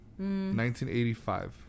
1985